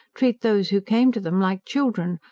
treat those who came to them like children,